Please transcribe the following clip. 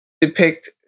depict